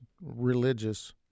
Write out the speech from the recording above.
religious